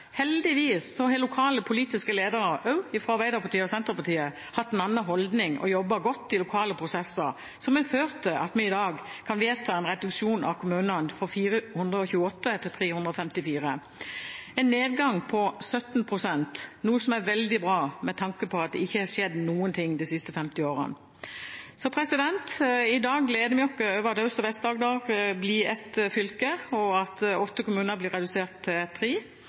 Heldigvis har lokale politiske ledere, også fra Arbeiderpartiet og Senterpartiet, hatt en annen holdning og jobbet godt i lokale prosesser, som har ført til at vi i dag kan vedta en reduksjon av kommuner fra 428 til 354, en nedgang på 17 pst., noe som er veldig bra med tanke på at det nesten ikke har skjedd noen ting de siste 50 årene. I dag gleder vi oss over at Aust- og Vest-Agder blir ett fylke, og at åtte kommuner blir redusert til tre.